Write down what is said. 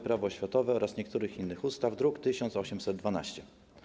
Prawo oświatowe oraz niektórych innych ustaw, druk nr 1812.